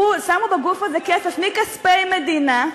כל השנים, שמו בגוף הזה כסף מכספי המדינה,